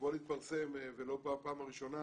אתמול התפרסם ולא בפעם הראשונה